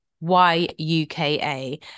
Y-U-K-A